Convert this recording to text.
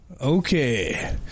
Okay